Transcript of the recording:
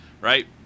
right